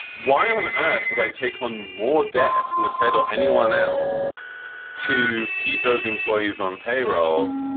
why on earth would i take on more debt from the fed or anyone else to keep those employees on payroll?